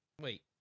Wait